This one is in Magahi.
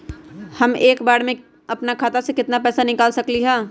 हम एक बार में अपना खाता से केतना पैसा निकाल सकली ह?